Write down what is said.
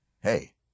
hey